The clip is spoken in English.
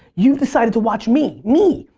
you've decided to watch me. me!